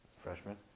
freshman